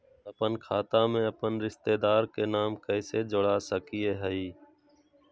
अपन खाता में अपन रिश्तेदार के नाम कैसे जोड़ा सकिए हई?